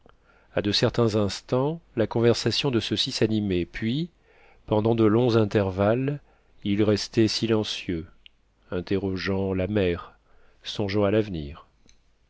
à de certains instants la conversation de ceux-ci s'animait puis pendant de longs intervalles ils restaient silencieux interrogeant la mer songeant à l'avenir